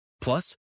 Plus